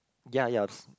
ya yes